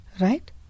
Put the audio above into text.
right